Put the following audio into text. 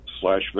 slash